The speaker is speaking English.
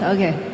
Okay